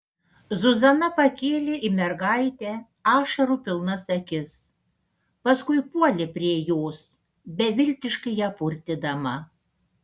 zuzana pakėlė į mergaitę ašarų pilnas akis paskui puolė prie jos beviltiškai ją purtydama